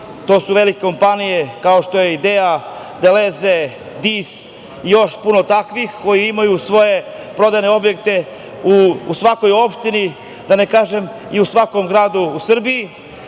To su velike kompanije, kao što je Ideja, Deleze, Dis i još puno takvih, koji imaju svoje prodajne objekte u svakoj opštini, da ne kažem i u svakom gradu u Srbiji. Kada